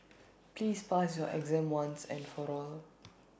please pass your exam once and for all